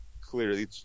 clearly